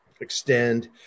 extend